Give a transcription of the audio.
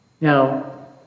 Now